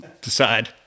decide